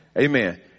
Amen